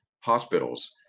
hospitals